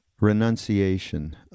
renunciation